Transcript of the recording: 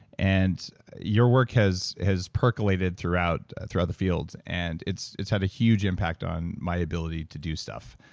and your work has has percolated throughout throughout the field, and it's it's had a huge impact on my ability to do stuff.